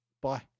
bye